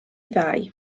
ddau